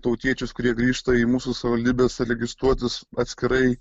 tautiečius kurie grįžta į mūsų savivaldybes registruotis atskirai